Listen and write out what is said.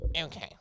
okay